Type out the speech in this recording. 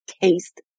taste